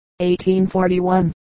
1841